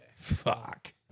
Fuck